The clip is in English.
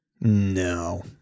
No